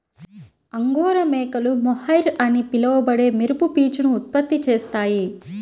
angora మేకలు mohair అని పిలువబడే మెరుపు పీచును ఉత్పత్తి చేస్తాయి